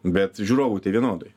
bet žiūrovui tai vienodai